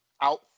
out